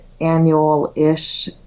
annual-ish